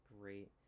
great